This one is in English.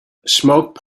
smoke